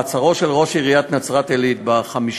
מעצרו של ראש עיריית נצרת-עילית ב-5